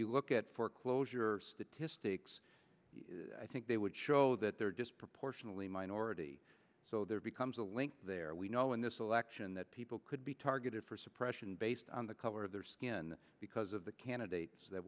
you look at foreclosure statistics they would show that they're disproportionately minority so there becomes a link there we know in this election that people could be targeted for suppression based on the cover of their skin because of the candidates that